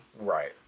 Right